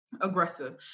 aggressive